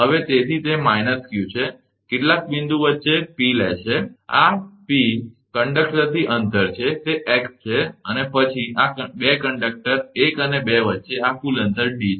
હવે તેથી તે −q છે અને કેટલાક બિંદુ વચ્ચે P લે છે P આ કંડક્ટરથી અંતર છે તે x છે અને પછી આ 2 કંડક્ટર 1 અને 2 વચ્ચે આ કુલ અંતર D છે